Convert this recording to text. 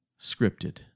scripted